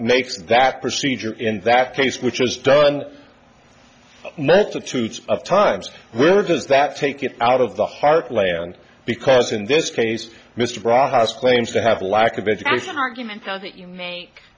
makes that procedure in that case which is done multitudes of times were does that take it out of the heartland because in this case mr bras claims to have a lack of education argument that you ma